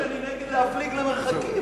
זה לא שאני נגד להפליג למרחקים,